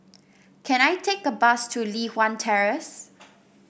can I take a bus to Li Hwan Terrace